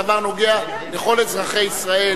הדבר נוגע לכל אזרחי ישראל,